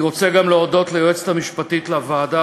אני רוצה גם להודות ליועצת המשפטית לוועדה